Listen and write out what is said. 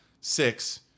six